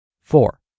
Four